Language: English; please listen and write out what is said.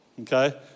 Okay